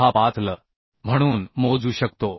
65L म्हणून मोजू शकतो